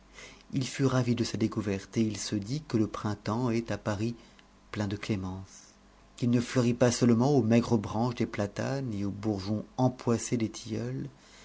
il fut ravi de sa découverte et il se dit que le printemps est à paris plein de clémence qu'il ne fleurit pas seulement aux maigres branches des platanes et aux bourgeons empoissés des tilleuls